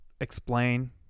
Explain